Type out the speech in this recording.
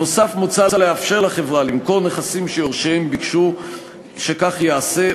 נוסף על כך מוצע לאפשר לחברה למכור נכסים שיורשיהם ביקשו שכך ייעשה,